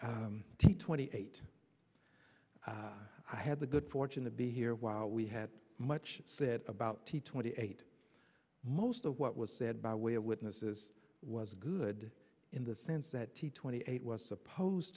one t twenty eight i had the good fortune to be here while we had much said about t twenty eight most of what was said by way of witnesses was good in the sense that t twenty eight was supposed